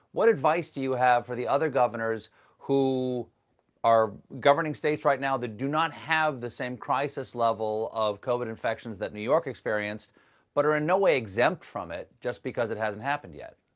what advice do you have for the other governors who are governing states right now that do not have the same crisis level of covid infections that new york experienced but are in no way exempt from it just because it hasn't happened yet.